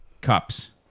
cups